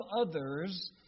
others